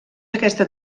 aquesta